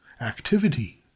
activity